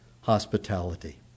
hospitality